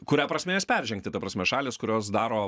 kuria prasme jas peržengti ta prasme šalys kurios daro